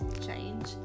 change